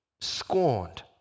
scorned